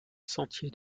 sentier